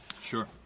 Sure